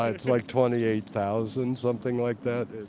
it's like twenty eight thousand, something like that.